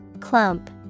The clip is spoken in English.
Clump